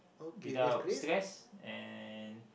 without stress and